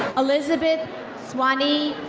elizabeth swani.